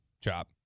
Chop